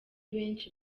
benshi